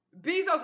Bezos